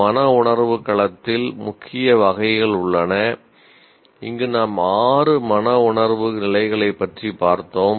மனவுணர்வு களத்தில் முக்கிய வகைகள் உள்ளன இங்கு நாம் ஆறு மனவுணர்வு நிலைகளைப் பற்றி பார்த்தோம்